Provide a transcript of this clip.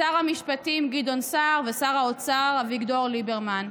לשר המשפטים גדעון סער ולשר האוצר אביגדור ליברמן.